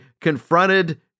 confronted